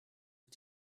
ist